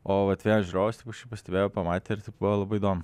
o vat vienas žiūrovas pastebėjo pamatė ir taip buvo labai įdomu